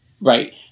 Right